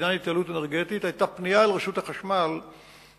שהיתה בעניין ההתייעלות האנרגטית היתה פנייה אל רשות החשמל להגיש